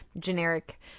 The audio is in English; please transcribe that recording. generic